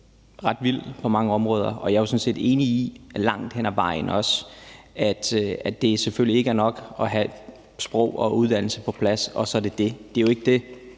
ret vild. Jeg er jo sådan set langt hen ad vejen enig i, at det selvfølgelig ikke er nok at have sprog og uddannelse på plads, og så er det det. Det jo sådan set